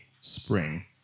spring